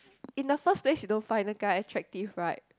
in the first place you don't find a guy attractive right